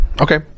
Okay